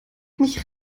mich